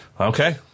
Okay